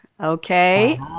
Okay